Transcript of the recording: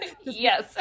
yes